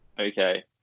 Okay